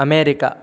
America